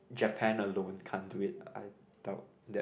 Japan alone can't do it I doubt that